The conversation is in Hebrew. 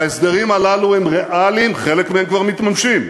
ההסדרים הללו הם ריאליים, חלק מהם כבר מתממשים,